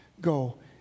Go